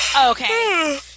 Okay